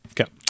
Okay